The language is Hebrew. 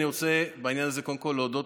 אני רוצה בעניין הזה קודם כול להודות